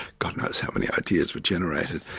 god knows how many ideas were generated.